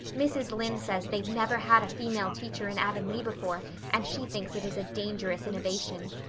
mrs. lynde says they've never had a female teacher in avonlea before and she thinks it is a dangerous innovation.